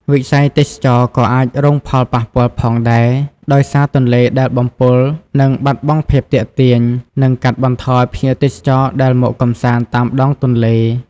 វិស័យទេសចរណ៍ក៏អាចរងផលប៉ះពាល់ផងដែរ ដោយសារទន្លេដែលបំពុលនឹងបាត់បង់ភាពទាក់ទាញ និងកាត់បន្ថយភ្ញៀវទេសចរដែលមកកម្សាន្តតាមដងទន្លេ។